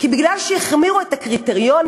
בגלל שהחמירו את הקריטריונים.